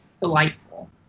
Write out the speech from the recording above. Delightful